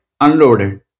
unloaded